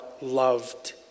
loved